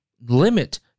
limit